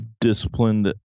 disciplined